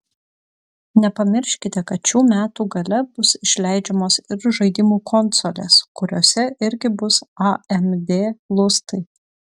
nepamirškite kad šių metų gale bus išleidžiamos ir žaidimų konsolės kuriose irgi bus amd lustai